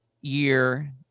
year